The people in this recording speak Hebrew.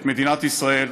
את מדינת ישראל.